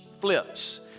flips